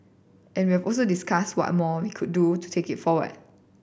and we also discussed what more we could do to take it forward